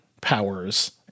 powers